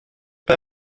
bei